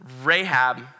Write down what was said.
Rahab